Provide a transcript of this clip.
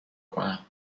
کنم